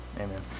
Amen